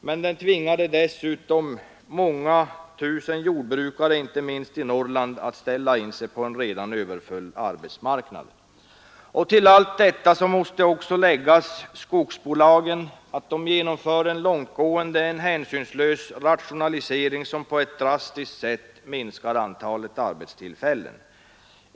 Men den tvingade dessutom många tusen jordbrukare — inte minst i Norrland — att ställa in Till allt detta måste också läggas att skogsbolagen genomför en långtgående och hänsynslös rationalisering, som på ett drastiskt sätt minskar antalet arbetstillfällen.